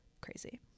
crazy